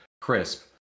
crisp